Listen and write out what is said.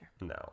No